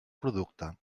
producte